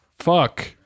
fuck